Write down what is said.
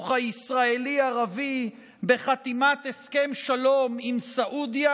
הישראלי-ערבי בחתימת הסכם שלום עם סעודיה,